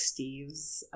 Steves